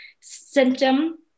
symptom